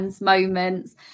moments